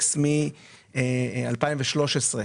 מ-2013,